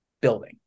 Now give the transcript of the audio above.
building